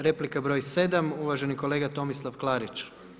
Replika broj 7. uvaženi kolega Tomislav Klarić.